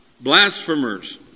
blasphemers